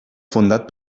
fundat